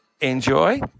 enjoy